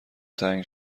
تنگ